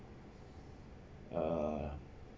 err